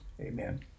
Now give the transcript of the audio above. Amen